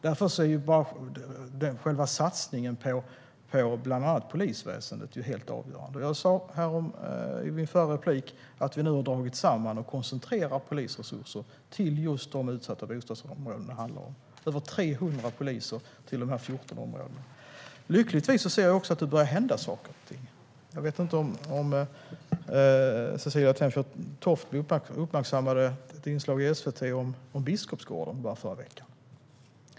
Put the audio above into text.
Därför är själva satsningen på bland annat polisväsendet helt avgörande. Jag sa i mitt förra anförande att vi nu har koncentrerat polisresurser till just de utsatta bostadsområden som det handlar om - över 300 poliser till dessa 14 områden. Lyckligtvis ser vi också att det börjar hända saker och ting. Jag vet inte om Cecilie Tenfjord-Toftby uppmärksammade ett inslag i SVT om Biskopsgården förra veckan.